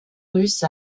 russe